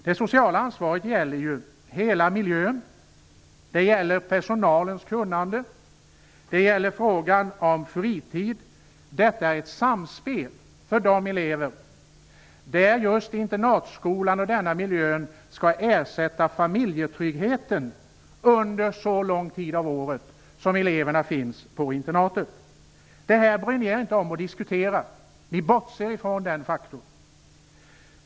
Det sociala ansvaret gäller hela miljön. Det gäller personalens kunnande. Det gäller fritiden. Det är fråga om ett samspel för eleverna. Internatskolemiljön skall ersätta familjetryggheten under den tid av året då eleverna finns på internatet. Detta bryr ni er inte om att diskutera. Ni bortser från den faktorn.